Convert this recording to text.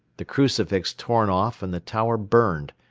the crucifix torn off and the tower burned,